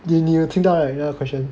你你有听到那个 question